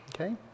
okay